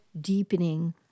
deepening